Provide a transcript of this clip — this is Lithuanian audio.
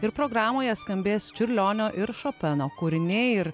ir programoje skambės čiurlionio ir šopeno kūriniai ir